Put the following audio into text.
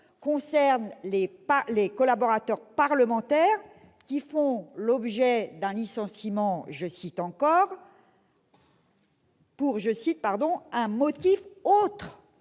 concerne les collaborateurs parlementaires qui font l'objet d'un licenciement « pour un motif autre